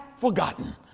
forgotten